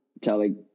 telling